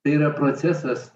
tai yra procesas